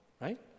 right